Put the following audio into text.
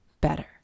better